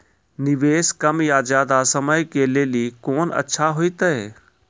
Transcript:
निवेश कम या ज्यादा समय के लेली कोंन अच्छा होइतै?